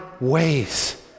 ways